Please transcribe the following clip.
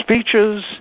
speeches